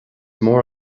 mór